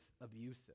abusive